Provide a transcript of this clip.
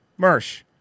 Mersh